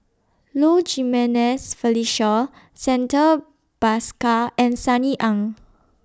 Low Jimenez Felicia Santha Bhaskar and Sunny Ang